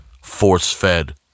Force-fed